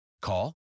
Call